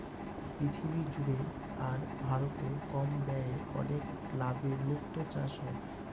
পৃথিবী জুড়ে আর ভারতে কম ব্যয়ে অনেক লাভে মুক্তো চাষ হয়